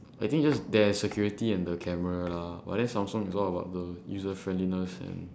I think just there's security and the camera lah but then samsung is all bout the user friendliness and